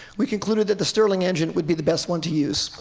we concluded that the stirling engine would be the best one to use.